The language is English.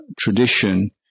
tradition